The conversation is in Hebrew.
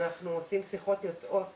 אנחנו עושים שיחות יוצאות